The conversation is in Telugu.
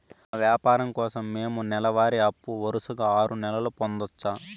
మా వ్యాపారం కోసం మేము నెల వారి అప్పు వరుసగా ఆరు నెలలు పొందొచ్చా?